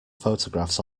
photographs